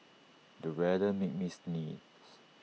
the weather made me sneeze